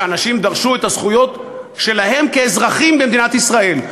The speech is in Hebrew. כשאנשים דרשו את הזכויות שלהם כאזרחים במדינת ישראל.